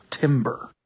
timber